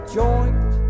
joint